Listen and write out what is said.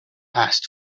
passed